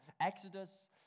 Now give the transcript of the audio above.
Exodus